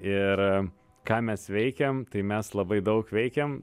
ir ką mes veikiam tai mes labai daug veikiam